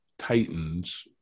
titans